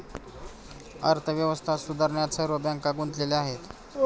अर्थव्यवस्था सुधारण्यात सर्व बँका गुंतलेल्या आहेत